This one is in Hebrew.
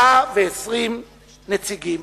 120 נציגים,